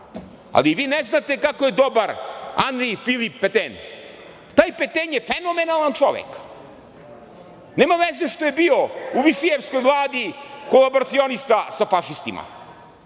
ali vi ne znate kako je dobar Anri Filip Peten. Taj Peten je fenomenalan čovek, nema veze što je bio u Višijevskoj vladi kolaboracionista sa fašistima,